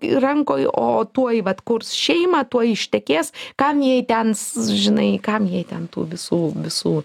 rankoj o tuoj vat kurs šeimą tuoj ištekės kam jai tens žinai kam jai ten tų visų visų